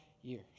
years